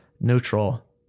neutral